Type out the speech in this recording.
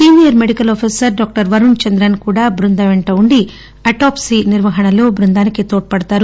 senior medical officer doctor Varun Chandran కూడా బృందం వెంట ఉండి అటాప్పీ నిర్వహణలో బృందానికి తోడ్చడతారు